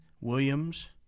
Williams